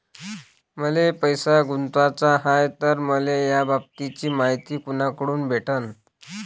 मले पैसा गुंतवाचा हाय तर मले याबाबतीची मायती कुनाकडून भेटन?